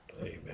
Amen